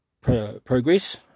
progress